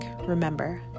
remember